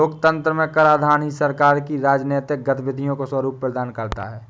लोकतंत्र में कराधान ही सरकार की राजनीतिक गतिविधियों को स्वरूप प्रदान करता है